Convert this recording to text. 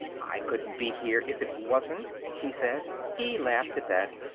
i couldn't be here if it wasn't, she said. he laughed at that,